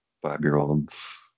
five-year-olds